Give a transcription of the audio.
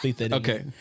Okay